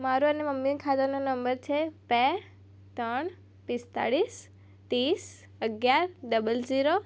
મારા અને મમ્મીના ખાતાનો નંબર છે બે ત્રણ પિસ્તાળીસ તીસ અગિયાર ડબલ ઝીરો